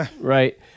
Right